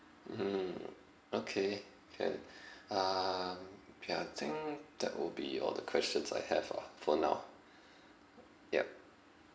mm okay can um ya I think that would be all the questions I have ah for now yup